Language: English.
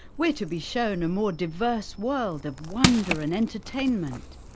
we're to be shown a more diverse world of wonder and entertainment.